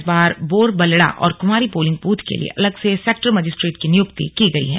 इस बार बोरबलड़ा और कुंवारी पोलिंग बूथ के लिये अलग से सेक्टर मजिस्ट्रेट की नियुक्ति की गई है